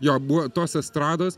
jo buvo tos estrados